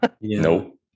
Nope